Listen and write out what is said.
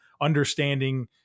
understanding